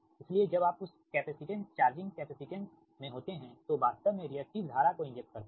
इसलिए जब आप उस कैपेसिटेंस चार्जिंग कैपेसिटेंस में होते हैं तो वास्तव में रिएक्टिव धारा को इंजेक्ट करता हैं